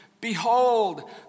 Behold